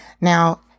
Now